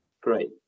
great